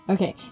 Okay